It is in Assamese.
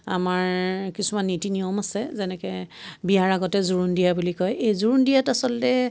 আমাৰ কিছুমান নীতি নিয়ম আছে যেনেকৈ বিয়াৰ আগতে জোৰোণ দিয়া বুলি কয় এই জোৰোণ দিয়াত আচলতে